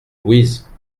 louise